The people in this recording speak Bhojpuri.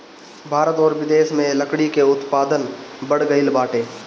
भारत अउरी बिदेस में लकड़ी के उत्पादन बढ़ गइल बाटे